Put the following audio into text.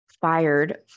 fired